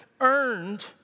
earned